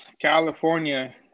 California